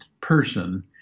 person